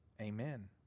amen